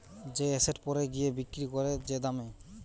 যে এসেট পরে গিয়ে বিক্রি করে যে দামে